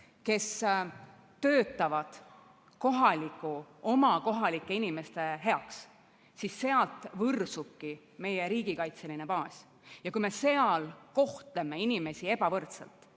kes töötavad oma kohalike inimeste heaks, siis sealt võrsubki meie riigikaitseline baas. Kui me seal kohtleme inimesi ebavõrdselt,